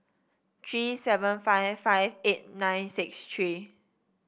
three seven five five eight nine six three